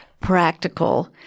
practical